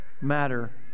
matter